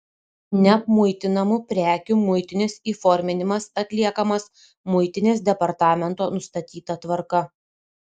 neapmuitinamų prekių muitinis įforminimas atliekamas muitinės departamento nustatyta tvarka